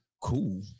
cool